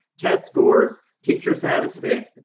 test scores, teacher satisfaction,